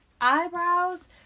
Eyebrows